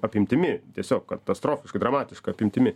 apimtimi tiesiog katastrofiškai dramatiška apimtimi